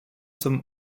zum